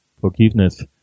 forgiveness